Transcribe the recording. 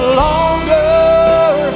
longer